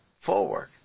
forward